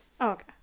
Okay